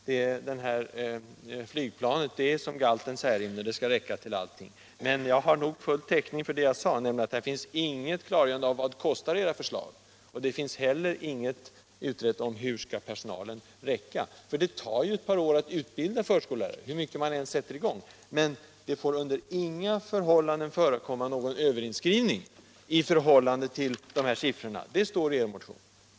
Detta flygplan är som galten Särimner: det skall räcka till allting. Men jag har full täckning för vad jag sade, nämligen att det inte görs klart vad era förslag skulle kosta att genomföra, och att det inte heller finns någon utredning om hur personalen skall kunna räcka till. Det tar ett par år att utbilda förskollärare, hur omfattande utbildning man än sätter i gång, men det får ju inte under några förhållanden förekomma någon överinskrivning i förhållande till de här siffrorna — det står i er motion.